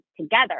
together